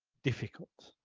difficult,